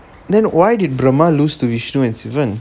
then why did brahma lose to vishnu and sivan